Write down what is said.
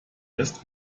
ist